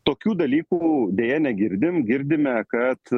tokių dalykų deja negirdim girdime kad